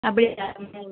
அப்படியா